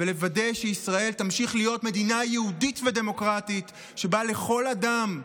ולוודא שישראל תמשיך להיות מדינה יהודית ודמוקרטית שבה לכל אדם,